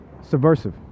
subversive